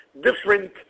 different